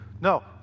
No